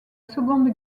seconde